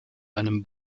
einem